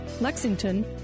Lexington